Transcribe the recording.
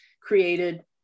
created